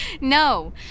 No